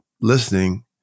listening